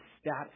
status